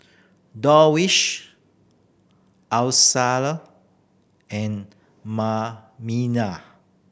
Darwish Alyssa and